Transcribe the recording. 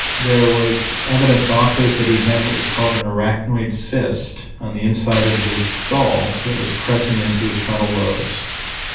there was evidence offered that he had what was called an arachnoid cyst on the inside of his skull that was pressing in to his frontal lobes.